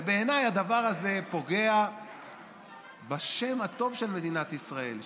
ובעיניי הדבר הזה פוגע בשם הטוב של מדינת ישראל,